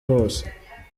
hose